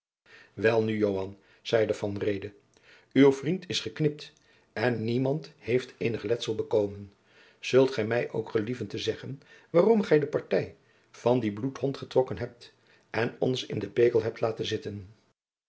joan zeide van reede uw vriend is geknipt en niemand heeft eenig letsel bekomen zult ge mij nu ook gelieven te zeggen waarom gij de partij van dien bloedhond getrokken hebt en ons in de pekel hebt laten zitten